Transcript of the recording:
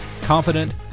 confident